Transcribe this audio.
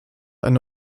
eine